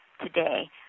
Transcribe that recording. today